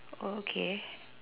okay